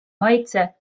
maitse